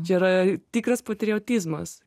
čia yra tikras patriotizmas